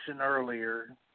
earlier